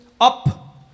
up